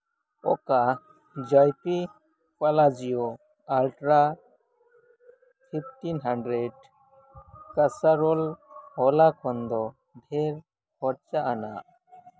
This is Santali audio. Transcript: ᱚᱠᱟ ᱡᱚᱭᱯᱤ ᱯᱟᱞᱡᱤᱭᱳ ᱟᱞᱴᱨᱟ ᱯᱷᱤᱯᱴᱤᱱ ᱦᱟᱱᱰᱮᱨᱮᱰ ᱠᱟᱥᱟᱨᱳᱞ ᱦᱚᱞᱟ ᱠᱷᱚᱱ ᱫᱚ ᱰᱷᱮᱨ ᱠᱷᱚᱨᱪᱟ ᱟᱱᱟᱜ